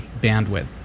bandwidth